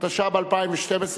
התשע"ב-2012,